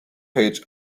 page